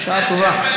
בשעה טובה,